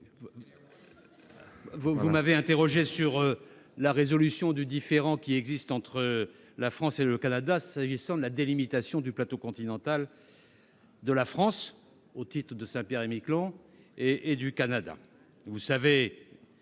vous m'interrogez sur la résolution du différend entre la France et le Canada s'agissant de la délimitation du plateau continental de la France au large de Saint-Pierre-et-Miquelon. Vous